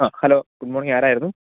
ആ hello good morning ആരായിരുന്നു